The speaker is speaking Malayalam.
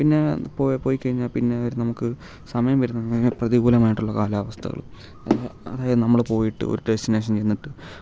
പിന്നെ പോയെ പോയി കഴിഞ്ഞാൽ പിന്നെ അവർ നമുക്ക് സമയം വരുന്നതെന്ന് പറഞ്ഞാൽ പ്രതികൂലമായിട്ടുള്ള കാലാവസ്ഥകൾ അത് അതായത് നമ്മൾ പോയിട്ട് ഒരു ഡെസ്റ്റിനേഷനിൽ നിന്നിട്ട്